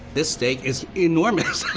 this steak is enormous.